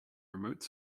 remote